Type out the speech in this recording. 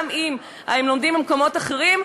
גם אם הם לומדים במקומות אחרים,